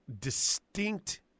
distinct